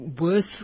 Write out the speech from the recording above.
worse